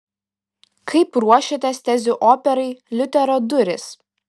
kaip ruošiatės tezių operai liuterio durys